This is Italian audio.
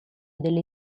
delle